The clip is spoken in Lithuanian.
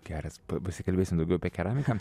geras pa pasikalbėsim daugiau apie keramiką